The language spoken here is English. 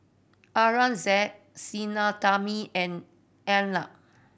Aurangzeb Sinnathamby and Arnab